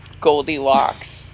Goldilocks